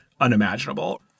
unimaginable